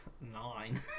nine